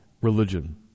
religion